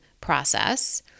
process